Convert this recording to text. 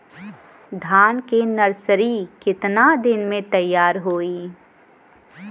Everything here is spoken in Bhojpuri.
धान के नर्सरी कितना दिन में तैयार होई?